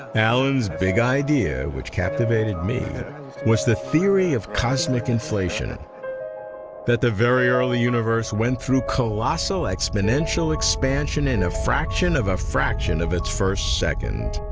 alan's big idea, which captivated me, was the theory of cosmic inflation that the very early universe went through colossal exponential expansion in a fraction of a fraction of its first second.